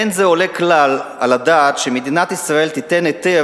אין זה עולה כלל על הדעת שמדינת ישראל תיתן היתר